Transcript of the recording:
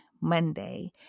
Monday